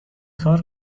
کار